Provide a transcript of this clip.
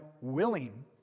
willing